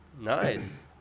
Nice